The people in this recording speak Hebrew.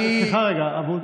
סליחה רגע,